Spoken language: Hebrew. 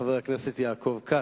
חבר הכנסת יעקב כץ.